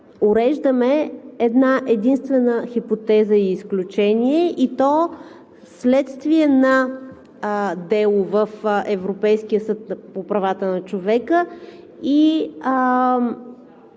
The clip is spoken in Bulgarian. уреждаме една-единствена хипотеза и изключение, което е вследствие на дело в Европейския съд по правата на човека, и